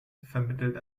vermittelt